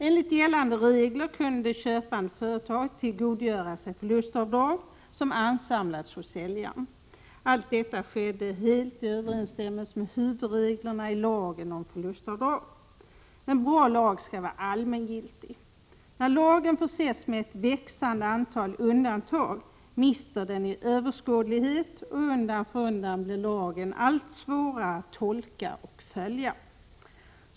Enligt gällande regler kunde det köpande företaget tillgodogöra sig de förlustavdrag som ansamlats hos säljaren. Allt detta skedde helt i överensstämmelse med huvudreglerna i lagen om förlustavdrag. En bra lag skall vara allmängiltig. När lagen försetts med ett växande antal undantag, mister den i överskådlighet och blir undan för undan allt svårare att tolka och följa.